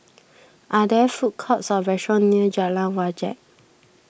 are there food courts or restaurants near Jalan Wajek